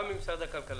גם ממשרד הכלכלה.